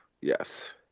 Yes